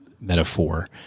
metaphor